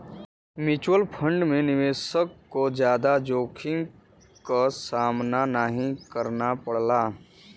mutual fund में निवेशक को जादा जोखिम क सामना नाहीं करना पड़ला